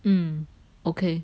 mm okay